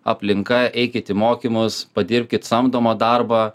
aplinka eikit į mokymus padirbkit samdomą darbą